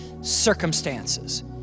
circumstances